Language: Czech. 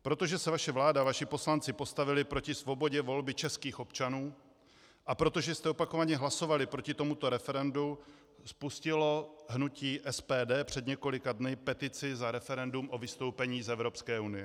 Protože se vaše vláda a vaši poslanci postavili proti svobodě volby českých občanů a protože jste opakovaně hlasovali proti tomuto referendu, spustilo hnutí SPD před několika dny petici za referendum o vystoupení z Evropské unie.